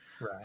Right